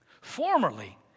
Formerly